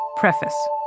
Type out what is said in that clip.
Preface